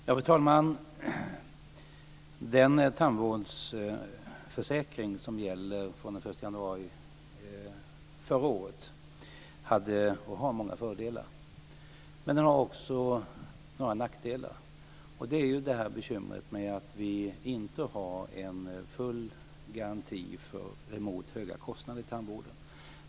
Fru talman! Den tandvårdsförsäkring som gäller från den 1 januari förra året hade och har många fördelar. Men den har också några nackdelar. Det är bekymret med att vi inte har en full garanti mot höga kostnader i tandvården.